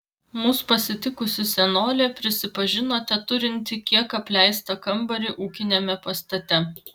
mus pasitikusi senolė prisipažino teturinti kiek apleistą kambarį ūkiniame pastate